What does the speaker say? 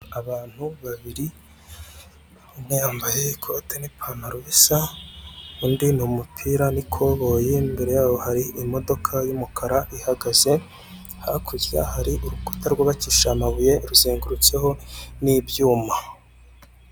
Abantu babirii umwe yambaye ikote n'ipantaro bisa undi ni umupira n'ikoboyi, imbere yabo hari imodoka y'umukara ihagaze. hakurya hari urukuta rwabaki amabuye ruzengurutseho n'ibyuma.